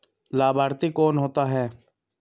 लाभार्थी कौन होता है?